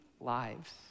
lives